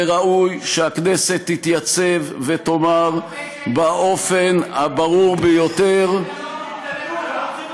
וראוי שהכנסת תתייצב ותאמר באופן הברור ביותר: לא עוד.